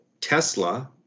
Tesla